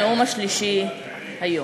הנאום השלישי היום.